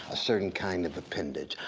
a certain kind of appendage,